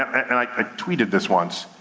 and i ah tweeted this once,